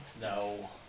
No